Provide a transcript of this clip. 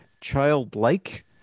childlike